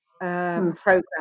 program